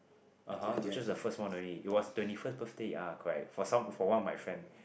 (uh huh) it was just the first one only it was twenty first birthday ah correct for some for one of my friend